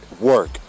work